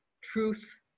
truth